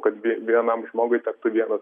kad vie vienam žmogui tektų vienas